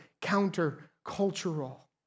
counter-cultural